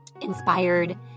inspired